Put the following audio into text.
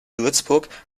würzburg